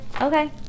Okay